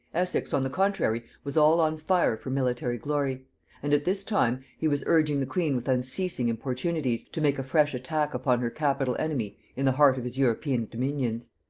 essex on the contrary was all on fire for military glory and at this time he was urging the queen with unceasing importunities to make a fresh attack upon her capital enemy in the heart of his european dominions.